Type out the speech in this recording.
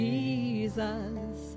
Jesus